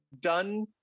done